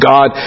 God